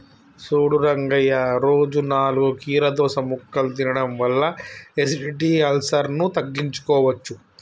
సూడు రంగయ్య రోజు నాలుగు కీరదోస ముక్కలు తినడం వల్ల ఎసిడిటి, అల్సర్ను తగ్గించుకోవచ్చు